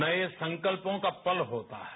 नये संकल्पों का पल होता है